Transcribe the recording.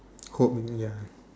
oh ya